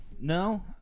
No